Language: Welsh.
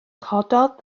cododd